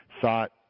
thought